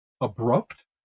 abrupt